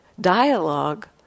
dialogue